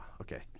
Okay